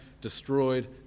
destroyed